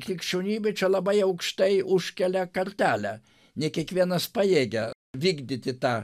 krikščionybė čia labai aukštai užkelia kartelę ne kiekvienas pajėgia vykdyti tą